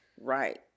Right